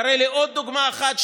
תראה לי עוד דוגמה אחת,